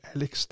Alex